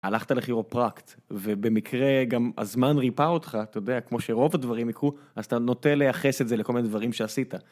הלכת לכירופרקט, ובמקרה גם הזמן ריפא אותך, אתה יודע, כמו שרוב הדברים יקרו, אז אתה נוטה לייחס את זה לכל מיני דברים שעשית.